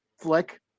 flick